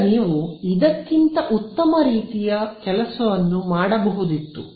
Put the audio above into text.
ಈಗ ನೀವು ಇದಕ್ಕಿಂತ ಉತ್ತಮ ರೀತಿಯ ಕೆಲಸವನ್ನು ಮಾಡಬಹುದಿತ್ತು